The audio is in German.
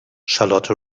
charlotte